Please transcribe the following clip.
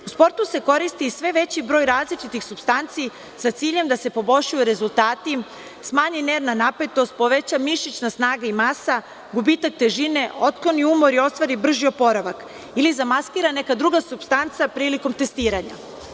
U sportu se koristi i sve veći broj različitih supstanci sa ciljem da se poboljšaju rezultati, smanji nervna napetost, poveća mišićna snaga i masa, gubitak težine, otkloni umor i ostvari brži oporavak ili zamaskira neka druga supstanca prilikom testiranja.